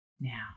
now